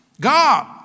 God